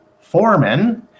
foreman